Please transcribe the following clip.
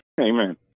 Amen